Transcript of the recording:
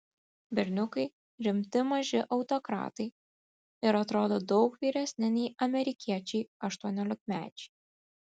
berniukai rimti maži autokratai ir atrodo daug vyresni nei amerikiečiai aštuoniolikmečiai